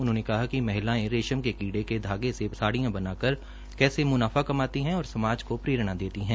उन्होंने कहा कि महिलायें रेशम के कीड़े के धागे से साडिय़ां बना कर कैसे म्नाफा कमाती है और समाज को प्ररेणा को देती है